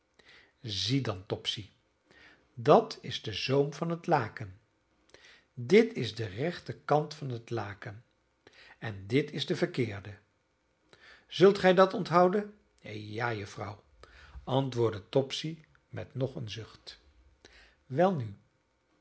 zie dan topsy dat is de zoom van het laken dit is de rechte kant van het laken en dit is de verkeerde zult gij dat onthouden ja juffrouw antwoordde topsy met nog een zucht welnu